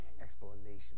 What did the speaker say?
Explanation